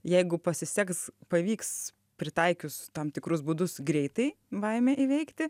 jeigu pasiseks pavyks pritaikius tam tikrus būdus greitai baimę įveikti